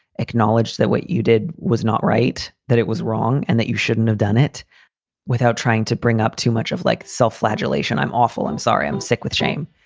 acknowledged that what you did was not right, that it was wrong and that you shouldn't have done it without trying to bring up too much of, like, self flagellation. i'm awful. i'm sorry. i'm sick with shame.